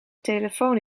telefoon